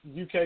UK